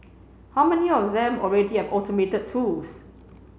how many of them already have automated tools